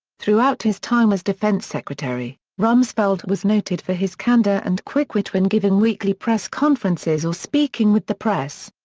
throughout his time as defense secretary, rumsfeld was noted for his candor and quick wit when giving weekly press conferences or speaking with the press.